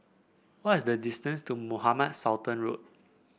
what is the distance to Mohamed Sultan Road